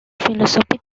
philosophy